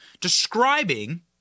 describing